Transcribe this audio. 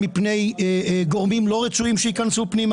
כמו שאמר חבר הכנסת שיקלי,